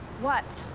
what?